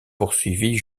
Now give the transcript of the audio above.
poursuivie